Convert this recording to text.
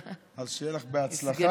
אז שיהיה לך בהצלחה.